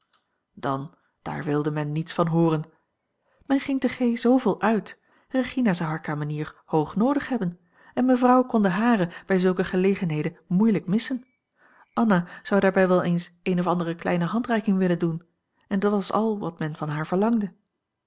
dan daar wilde men niets van hooren men ging te g zooveel uit regina zou hare kamenier hoog noodig hebben en mevrouw kon de hare bij zulke gelegenheden moeilijk missen anna zou daarbij wel eens eene of andere kleine handreiking willen doen en dat was al wat men van haar verlangde